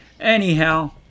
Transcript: Anyhow